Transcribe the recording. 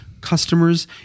customers